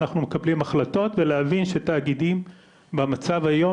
שאנחנו מקבלים החלטות ולהבין שתאגידים במצב היום,